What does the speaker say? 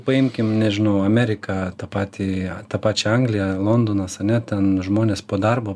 paimkim nežinau ameriką tą patį tą pačią angliją londonas ane ten žmonės po darbo